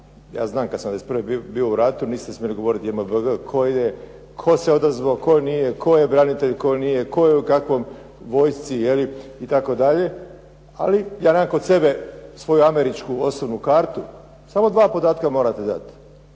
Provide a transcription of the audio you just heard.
Ja znam kad sam '91. bio u ratu, niste smjeli govoriti JMBG koji je, tko je odazvao, tko nije, tko je branitelj, tko nije, tko je u kakvoj vojsci itd. Ali ja nemam kod sebe svoju američku osobnu kartu, samo dva podatka morate dati.